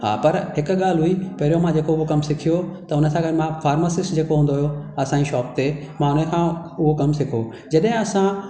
हा पर हिक ॻाल्हि हुई पहिरियों मां जेको उहो कमु सिखियो त उन सां गॾु मां फार्मसिस्ट जेको हूंदो हुयो असांजी शॉप ते मां उन खां उहो कमु सिखियो जॾहिं असां